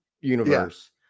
universe